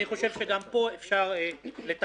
אני חושב שגם פה אפשר לתקן.